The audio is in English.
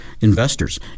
investors